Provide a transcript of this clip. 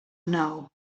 know